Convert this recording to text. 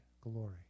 glory